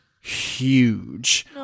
huge